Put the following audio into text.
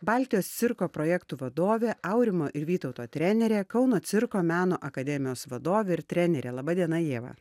baltijos cirko projektų vadovė aurimo ir vytauto trenerė kauno cirko meno akademijos vadovė ir trenerė laba diena ieva